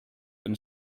and